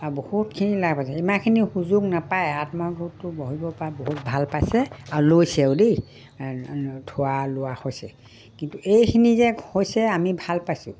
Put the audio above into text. আৰু বহুতখিনি লাভ হৈছে ইমানখিনি সুযোগ নাপায় আত্মসহায়ক গোটটো বহিবৰপৰা বহুত ভাল পাইছে আৰু লৈছেও দেই থোৱা লোৱা হৈছে কিন্তু এইখিনি যে হৈছে আমি ভাল পাইছোঁ